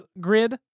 grid